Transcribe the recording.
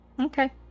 Okay